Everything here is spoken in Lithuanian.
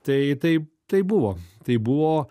tai tai tai buvo tai buvo